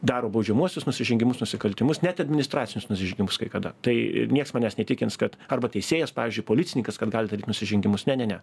daro baudžiamuosius nusižengimus nusikaltimus net administracinius nusižengimus kai kada tai nieks manęs neįtikins kad arba teisėjas pavyzdžiui policininkas kad gali daryt nusižengimus ne ne ne